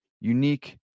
unique